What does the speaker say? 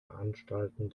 anstalten